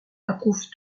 approuve